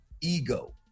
ego